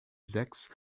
sechs